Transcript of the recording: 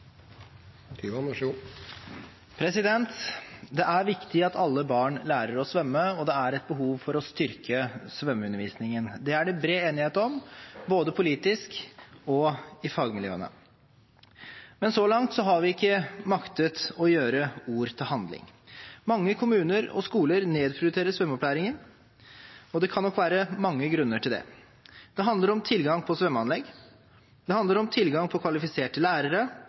fagmiljøene. Men så langt har vi ikke maktet å gjøre ord til handling. Mange kommuner og skoler nedprioriterer svømmeopplæringen, og det kan nok være mange grunner til det. Det handler om tilgang på svømmeanlegg, det handler om tilgang på kvalifiserte